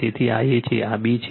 તેથી આ A છે આ B છે